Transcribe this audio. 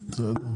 כן, ודאי.